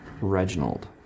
Reginald